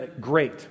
great